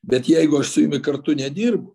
bet jeigu aš su jumi kartu nedirbu